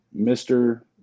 Mr